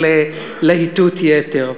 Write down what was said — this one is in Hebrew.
של להיטות יתר.